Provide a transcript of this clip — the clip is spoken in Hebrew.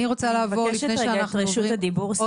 אני רוצה לעבור לפני שאנחנו עוברים --- אני מבקשת רגע את זכות הדיבור,